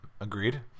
Agreed